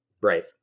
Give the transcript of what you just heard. Right